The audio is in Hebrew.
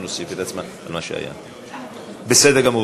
בסדר גמור.